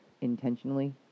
intentionally